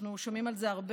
אנחנו שומעים על זה הרבה.